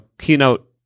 keynote